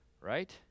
Right